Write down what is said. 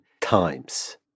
times